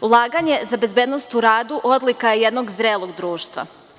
Ulaganje za bezbednost u radu odlika je jednog zrelog društva.